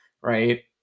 Right